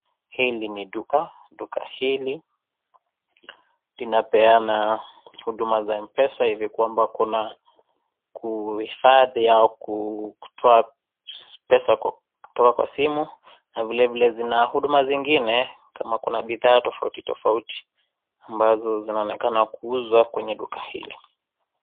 Hili ni duka, duka hili linapeana huduma za M-pesa hivi kwamba kuna kuhifadhi au kutoa pesa kutoka kwa simu na vile vile zina huduma zingine kama kuna bidhaa tofauti tofauti ambazo zinaonekana kuuzwa kwenye duka hili.